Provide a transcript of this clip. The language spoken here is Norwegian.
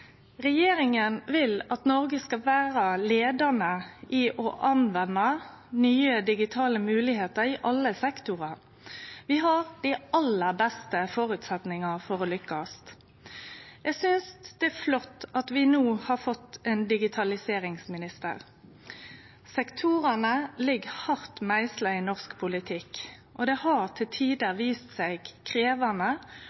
Regjeringa vil at Noreg skal vere leiande i å anvende nye digitale moglegheiter i alle sektorar. Vi har dei aller beste føresetnadene for å lukkast. Eg synest det er flott at vi no har fått ein digitaliseringsminister. Sektorane ligg hardt meisla i norsk politikk, og det har til